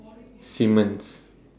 Simmons